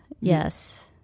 Yes